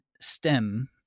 STEM